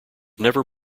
never